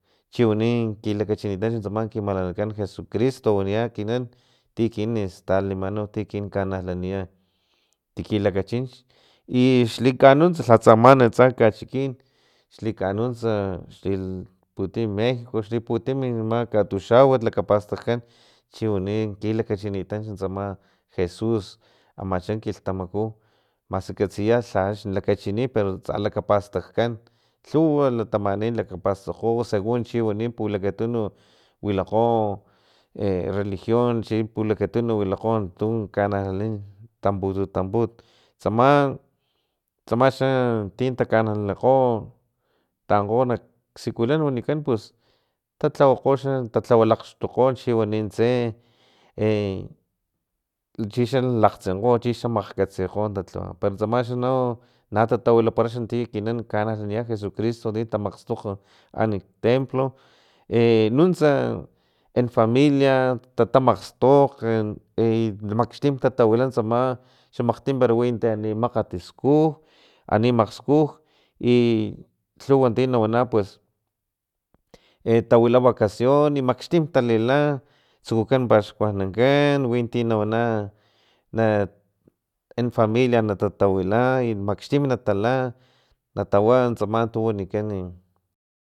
Chiwani kilachinitanch tsama ki malanakan jesucristo waniya ekinan ti ekinan stalanimanaw ti ekin kanalania tikilakachinchi i xlikana nunts lha tsaman atsa kachikin xlikanunts xli putim mexico xliputim tsama katuxawat lakapastajkan chiwani kilakachinitanch tsama jesus amacha kilhtamaku maski katsiya lha axni lakachini pero tsa la lakapastajkan lhuwa latamanin lakapastakgo segun chiwani pulakatunu wilakgo e religion chi pulakatunu wilakgo tun kanalanin tanputu tamput tsama tsama xa tin takanalanikgo tankgo nak sikulan wanikan pus tatlawakgo x talhawalaxtokgo chi wani tse e chixa lakgtsinkgo chixa makgkatsikgo talhapa pero tsama xa no na tatawilipara xa ti ekinan takanalani jesucristo ti tamastokg taan nak templo e nuntsa en familia tatamastokg e maxtim tatawila tsama xamakgtim para winti ani makgat skuj ani makgskuj i lhuwa ti nawana pues e tawila vacacion i maxtim talila tsukukan paxkuanankan winti nawana na enfamilia natatawila i makxtim natala natawa tsama tu wanikan